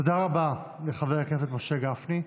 תודה רבה לחבר הכנסת משה גפני.